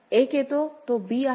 1 येतो तो b आहे